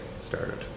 started